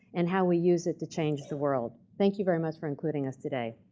and how we use it to change the world. thank you very much for including us today.